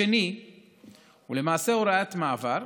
השני הוא למעשה הוראת מעבר.